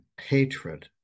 hatred